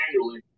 annually